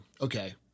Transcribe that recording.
okay